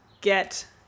get